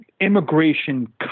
immigration